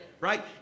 Right